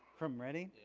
from reading?